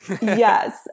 Yes